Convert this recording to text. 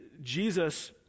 Jesus